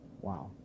Wow